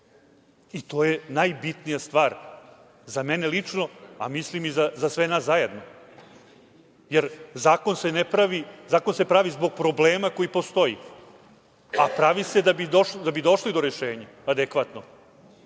To je najbitnija stvar, za mene lično, a mislim i za sve nas zajedno, jer zakon se pravi zbog problema koji postoji, a pravi se da bi došli do adekvatnog